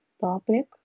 topic